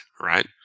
right